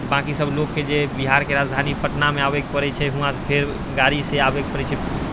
बाँकीसब लोकके जे बिहारके राजधानी पटनामे आबैके पड़ै छै वहाँसँ फेर गाड़ीसँ आबैके पड़ै छै